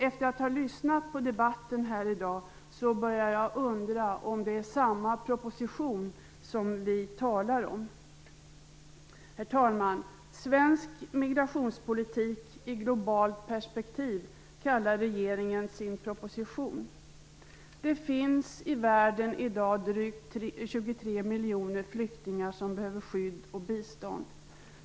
Efter att ha lyssnat på debatten här i dag börjar jag undra om det är samma proposition vi talar om. Herr talman! Svensk migrationspolitik i globalt perspektiv kallar regeringen sin proposition. Det finns i världen i dag drygt 23 miljoner flyktingar som behöver skydd och bistånd.